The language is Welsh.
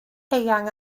eang